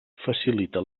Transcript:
facilita